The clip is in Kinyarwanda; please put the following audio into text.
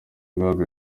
guhabwa